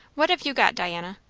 what have you got, diana?